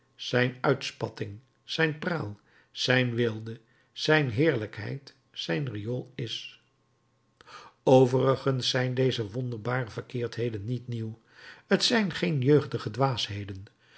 zijn uitspatting zijn praal zijn weelde zijn heerlijkheid zijn riool is overigens zijn deze wonderbare verkeerdheden niet nieuw t zijn geen jeugdige dwaasheden